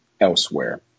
elsewhere